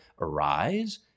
Arise